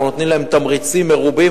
אנחנו נותנים להם תמריצים מרובים.